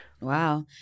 Wow